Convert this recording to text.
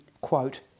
quote